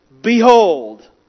Behold